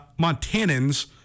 Montanans